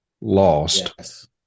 lost